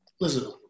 Listen